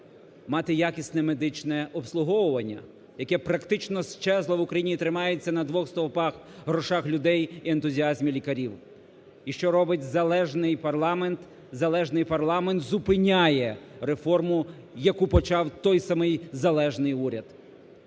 мати якісне медичне обслуговування, яке практично щезло в Україні і тримається на двох стовпах – грошах людей і ентузіазмі лікарів. І що робить залежний парламент? Залежний парламент зупиняє реформу ,яку почав той самий залежний уряд.